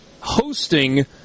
hosting